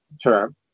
term